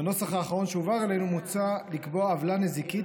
בנוסח האחרון שהועבר אלינו מוצע לקבוע עוולה נזיקית,